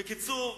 בקיצור,